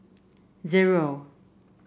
zero